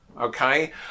okay